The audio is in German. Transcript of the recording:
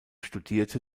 studierte